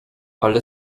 ale